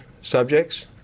subjects